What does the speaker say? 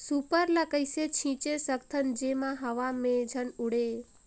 Super ल कइसे छीचे सकथन जेमा हवा मे झन उड़े?